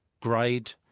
grade